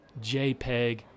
JPEG